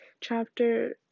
chapter